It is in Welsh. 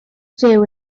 jiw